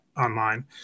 online